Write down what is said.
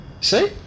See